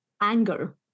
anger